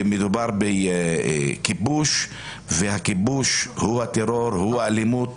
מדובר בכיבוש, והכיבוש הוא הטרור והוא אלימות.